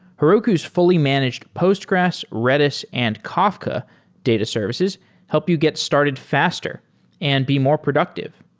heroku's fully managed postgres, redis and kafka data services help you get started faster and be more productive.